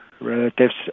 relatives